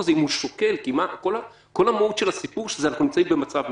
כל מהות הסיפור היא שאנחנו נמצאים במצב מיוחד.